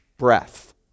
Breath